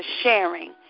sharing